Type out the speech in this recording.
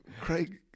Craig